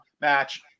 match